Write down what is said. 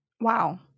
Wow